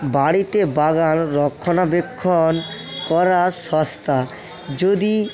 বাড়িতে বাগান রক্ষণাবেক্ষণ করা সস্তা যদি